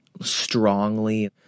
strongly